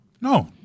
No